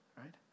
right